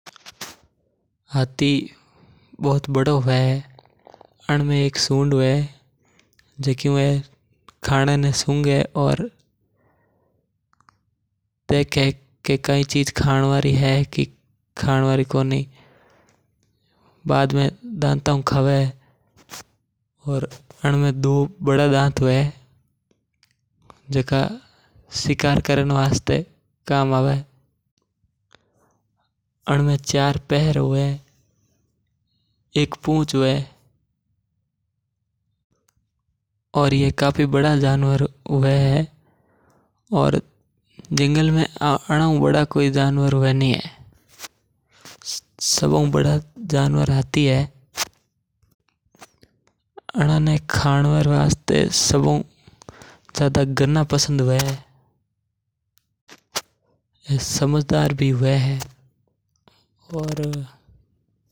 हाथी एक जंगल में रेवा वालो जीव है। आणमें चार पैर हवे और सो बड़ा दांत हवे। जिका शिकार करवा में काम लेवे हाथी जंगल में सबा हु वड़ो हवे। हाथियों ने गन्ना खावा रो घणो शौक हवे। वे जंगल निकालवा वाला ट्रकां ने रोककर गन्ना लेइ लेवे।